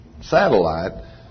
satellite